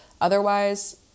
Otherwise